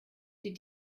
die